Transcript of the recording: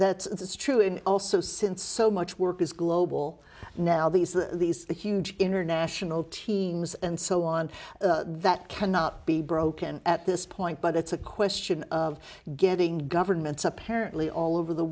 that it's true and also since so much work is global now these these huge international teams and so on that cannot be broken at this point but it's a question of getting governments apparently all over the